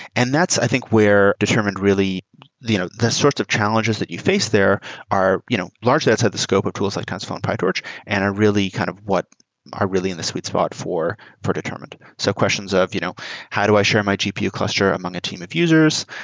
and that's i think where determined really the you know the sorts of challenges that you face there are you know largely outside the scope of tools like tensorflow and pytorch and are really kind of what are really in the sweet spot for for determined. so questions of you know how do i share my gpu cluster among a team of users?